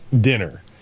dinner